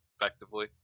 Effectively